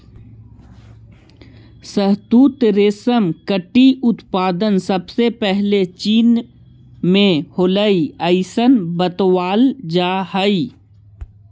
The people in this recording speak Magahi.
शहतूत रेशम कीट उत्पादन सबसे पहले चीन में होलइ अइसन बतावल जा हई